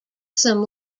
some